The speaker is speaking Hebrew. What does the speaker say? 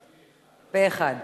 היא עברה פה אחד.